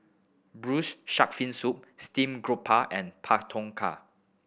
Braised Shark Fin Soup Steamed Garoupa and Pak Thong Ko